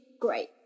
great